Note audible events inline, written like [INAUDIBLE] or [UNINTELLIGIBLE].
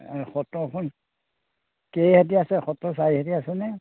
সত্ৰখন কেই [UNINTELLIGIBLE] আছে সত্ৰ [UNINTELLIGIBLE] আছেনে